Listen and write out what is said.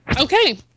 Okay